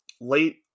late